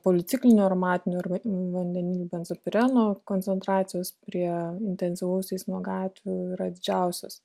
policiklinių aromatinių arba vandeninių benzopireno koncentracijos prie intensyvaus eismo gatvių yra didžiausios